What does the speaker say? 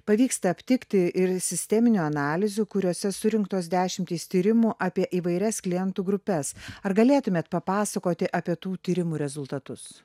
pavyksta aptikti ir sisteminių analizių kuriose surinktos dešimtys tyrimų apie įvairias klientų grupes ar galėtumėt papasakoti apie tų tyrimų rezultatus